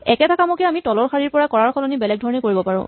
একেটা কামকে আমি তলৰ শাৰীৰ পৰা কৰাৰ সলনি বেলেগ ধৰণে কৰিব পাৰো